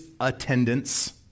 attendance